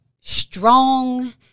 strong